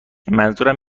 منظورم